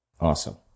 Awesome